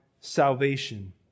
salvation